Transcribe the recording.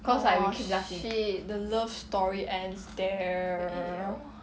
!wah! shit the love story ends there